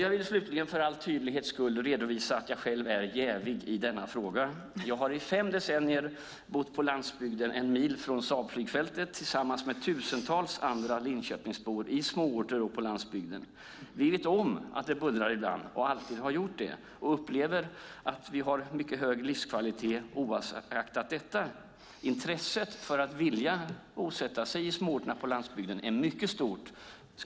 Jag vill slutligen, för tydlighets skull, redovisa att jag själv är jävig i denna fråga. Jag har i fem decennier bott på landsbygden, en mil från Saabflygfältet, tillsammans med tusentals andra Linköpingsbor i småorter på landsbygden. Vi vet att det bullrar ibland och alltid har gjort det och upplever att vi har en mycket hög livskvalitet, oaktat detta. Intresset för att bosätta sig i småorterna på landsbygden är mycket stort.